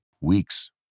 Weeks